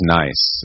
nice